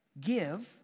give